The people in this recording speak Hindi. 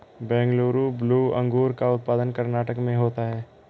बेंगलुरु ब्लू अंगूर का उत्पादन कर्नाटक में होता है